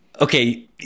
Okay